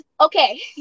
Okay